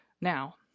Now